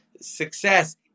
success